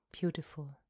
beautiful